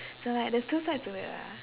so like there's two sides to it lah